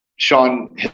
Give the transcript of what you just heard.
Sean